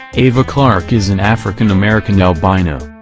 ava clarke is an african american albino.